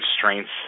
constraints